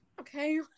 Okay